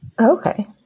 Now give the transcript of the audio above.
Okay